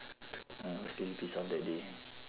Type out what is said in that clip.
I was really pissed off that day